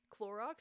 Clorox